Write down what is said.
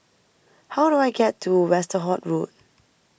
how do I get to Westerhout Road